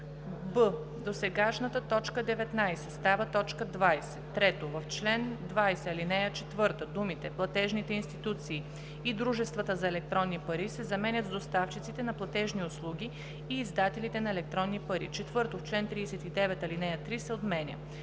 б) досегашната т. 19 става т. 20. 3. В чл. 20, ал. 4 думите „платежните институции и дружествата за електронни пари“ се заменят с „доставчиците на платежни услуги и издателите на електронни пари“. 4. В чл. 39 ал. 3 се отменя.